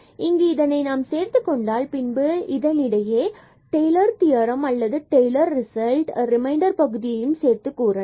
இங்கு இதனை நாம் சேர்த்துக் கொண்டால் பின்பு நம்மிடம் இதனிடையே டெய்லர் தியரம் அல்லது டெய்லர் ரிசல்ட் ரிமைண்டர் பகுதியையும் சேர்த்து கூறலாம்